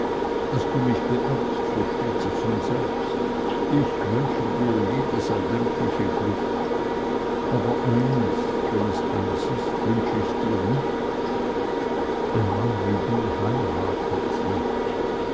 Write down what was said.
daß du mich beerbst versteht sich von selbst ich wünsche dir jedes erdenkliche glück aber eines wenn es eins ist wünsch ich dir nicht ein mann wie du heiratet nicht